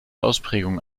ausprägung